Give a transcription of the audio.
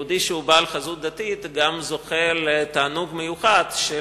יהודי שהוא בעל חזות דתית גם זוכה לתענוג מיוחד של